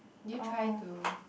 you try to